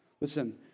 Listen